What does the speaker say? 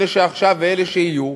לאלה שעכשיו ולאלה שיהיו,